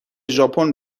ژاپن